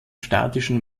statischen